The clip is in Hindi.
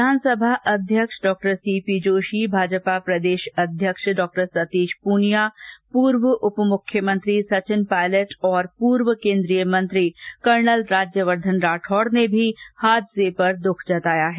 विधानसभा अध्यक्ष डॉक्टर सीपी जोशी भाजपा प्रदेश अध्यक्ष डॉक्टर सतीश पुनिया पुर्व उपमुख्यमंत्री सचिन पायलट और पूर्व केन्द्रीय मंत्री कर्नल राज्यवर्द्वन राठौड़ ने भी हादसे पर दुख जताया है